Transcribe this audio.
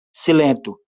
silentu